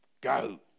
go